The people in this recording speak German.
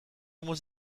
muss